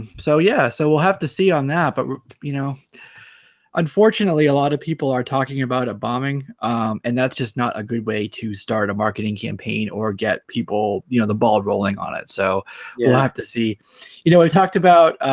um so yeah so we'll have to see on that but you know unfortunately a lot of people are talking about a bombing and that's just not a good way to start a marketing campaign or get people you know the ball rolling on it so you have to see you know we've talked about?